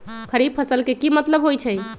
खरीफ फसल के की मतलब होइ छइ?